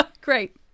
Great